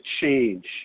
change